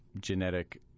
genetic